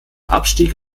abstieg